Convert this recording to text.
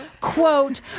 quote